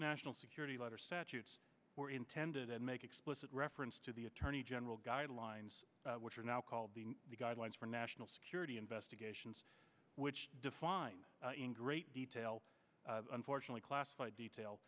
national security letter statutes were intended and make explicit reference to the attorney general guidelines which are now called the guidelines for national security investigations which define in great detail unfortunately classified detail